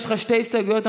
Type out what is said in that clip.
יש לך שתי הסתייגויות.